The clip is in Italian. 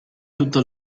tutto